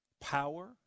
power